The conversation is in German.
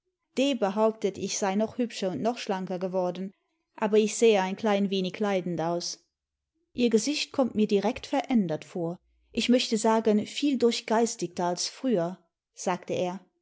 behauptet ich sei noch hübscher und noch schlanker geworden aber ich sähe ein klein wenig leidend aus ihr gesicht kommt mir direkt verändert vor ich möchte sagen viel durchgeistigter als früher sage er